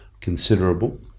considerable